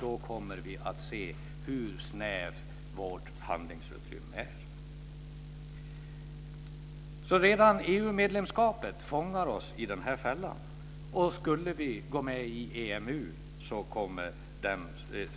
Då kommer vi att se hur snävt vårt handlingsutrymme är. Så redan EU medlemskapet fångar oss i den här fällan, och skulle vi gå med i EMU kommer den